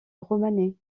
romanée